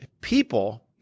people